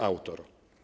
Autor”